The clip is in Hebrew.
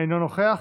אינו נוכח,